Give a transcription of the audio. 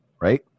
right